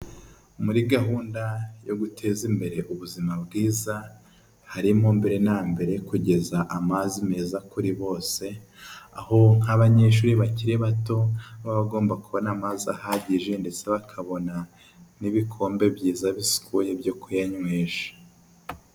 Muri gahunda yo guteza imbere ubuzima bwiza, harimo mbere na mbere kugeza amazi meza kuri bose, aho nk'abanyeshuri bakiri bato baba bagomba kubona amazi ahagije, ndetse bakabona n'ibikombe byiza bisukuye byo kuyanywesha.